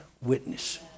witness